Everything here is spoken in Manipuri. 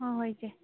ꯍꯣꯏ ꯍꯣꯏ ꯏꯆꯦ